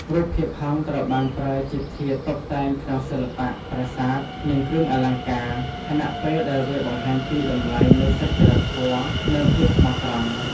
រូបភាពហង្សត្រូវបានប្រើជាធាតុតុបតែងក្នុងសិល្បៈ ប្រាសាទ និងគ្រឿងអលង្ការ ខណៈពេលដែលវាបង្ហាញពីតម្លៃនៃសុចរិតធម៌ និងភាពស្មោះត្រង់។